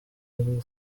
will